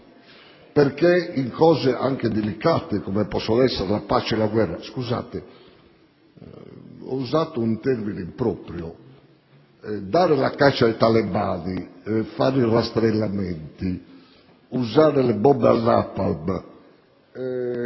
argomenti anche delicati come possono essere la pace e la guerra. Scusate! Ho usato un termine improprio; dare la caccia ai talebani, fare i rastrellamenti, usare le bombe al napalm,